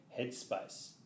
headspace